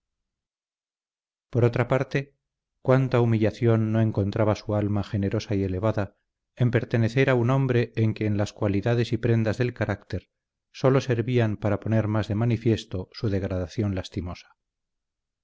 por otra parte cuánta humillación no encontraba su alma generosa y elevada en pertenecer a un hombre en quien las cualidades y prendas del carácter sólo servían para poner más de manifiesto su degradación lastimosa